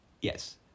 Yes